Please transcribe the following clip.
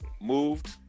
moved